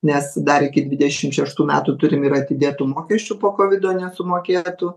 nes dar iki dvidešim šeštų metų turim ir atidėtų mokesčių po kovido nesumokėtų